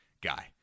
guy